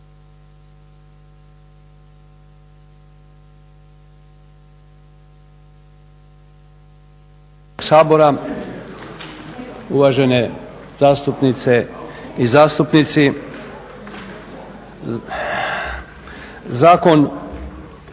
sabora, uvažene zastupnice i zastupnici. Zakon